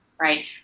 right